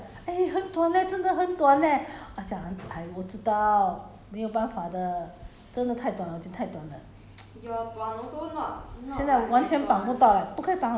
I cut myself lor !aiya! then everytime 讲 eh 很多短 leh 真得很短 leh 我讲很短 I 我知道没有办法的真的太短了我剪太短了